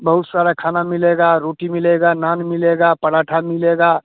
बहुत सारा खाना मिलेगा रोटी मिलेगी नान मिलेगी पराठा मिलेगा